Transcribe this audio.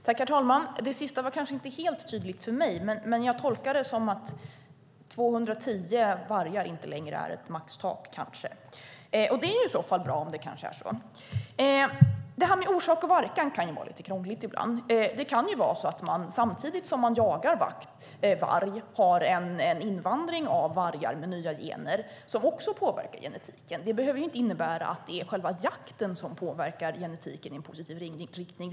Herr talman! Det sista var inte helt tydligt för mig. Jag tolkar det som att 210 vargar inte längre är ett maxtak - kanske. Det är i så fall bra. Det kan ibland vara lite krångligt med orsak och verkan. Samtidigt som man jagar varg kan man ha en invandring av vargar med nya gener. Det påverkar också genetiken. Det behöver inte innebära att det är själva jakten som påverkar genetiken i positiv riktning.